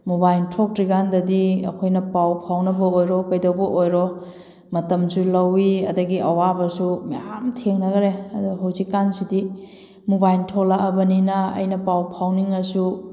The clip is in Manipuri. ꯃꯣꯕꯥꯏꯜ ꯊꯣꯛꯇ꯭ꯔꯤꯀꯥꯟꯗꯗꯤ ꯑꯩꯈꯣꯏꯅ ꯄꯥꯎ ꯐꯥꯎꯅꯕ ꯑꯣꯏꯔꯣ ꯀꯩꯗꯧꯕ ꯑꯣꯏꯔꯣ ꯃꯇꯝꯁꯨ ꯂꯧꯋꯤ ꯑꯗꯒꯤ ꯑꯋꯥꯕꯁꯨ ꯃꯌꯥꯝ ꯊꯦꯡꯅꯈꯔꯦ ꯑꯗꯨ ꯍꯧꯖꯤꯛꯀꯥꯟꯁꯤꯗꯤ ꯃꯣꯕꯥꯏꯜ ꯊꯣꯛꯂꯛꯑꯕꯅꯤꯅ ꯑꯩꯅ ꯄꯥꯎ ꯐꯥꯎꯅꯤꯡꯉꯁꯨ